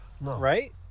Right